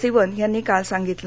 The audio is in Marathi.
सिवन यांनी काल सांगितलं